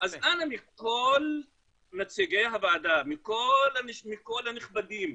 אז אנא מכל נציגי הוועדה, מכל הנכבדים,